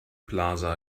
plaza